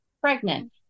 pregnant